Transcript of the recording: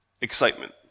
excitement